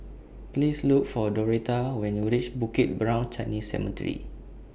Please Look For Doretta when YOU REACH Bukit Brown Chinese Cemetery